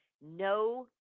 No